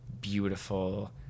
beautiful